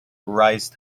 rise